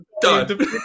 Done